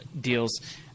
deals